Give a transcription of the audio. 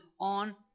on